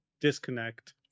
disconnect